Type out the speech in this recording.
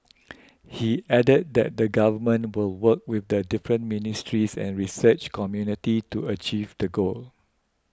he added that the Government will work with the different ministries and research community to achieve the goal